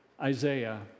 Isaiah